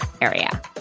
Area